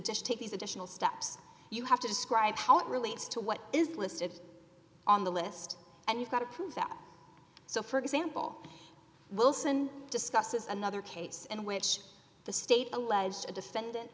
l take these additional steps you have to describe how it relates to what is listed on the list and you've got to prove that so for example wilson discusses another case in which the state alleged the defendant